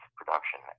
production